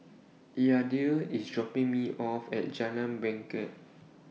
Yadiel IS dropping Me off At Jalan Bangket